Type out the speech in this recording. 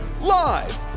Live